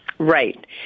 Right